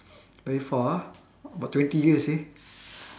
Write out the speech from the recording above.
very far ah about twenty years eh